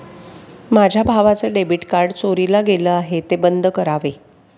माझ्या भावाचं debit card चोरीला गेलं आहे, ते बंद करावे